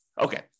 Okay